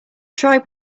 tribe